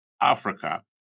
Africa